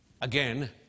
again